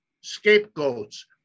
scapegoats